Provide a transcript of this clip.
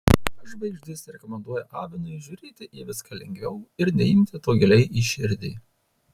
žvaigždės rekomenduoja avinui žiūrėti į viską lengviau ir neimti to giliai į širdį